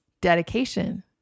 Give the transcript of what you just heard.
dedication